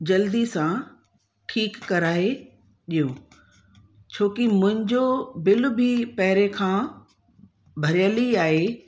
जल्दी सां ठीकु कराए ॾियो छोकी मुंहिंजो बिल बि पहिरियों खां भरियलु ई आहे